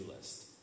list